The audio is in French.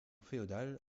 féodales